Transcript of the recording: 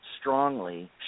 strongly